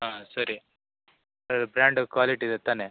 ಹಾಂ ಸರಿ brand quality ಇದೆ ತಾನೆ